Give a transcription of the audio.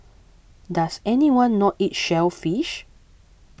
does anyone not eat shellfish